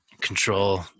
control